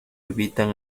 evitan